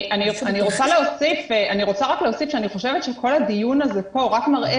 אני רוצה להוסיף שאני חושבת שכל הדיון הזה פה רק מראה